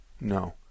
No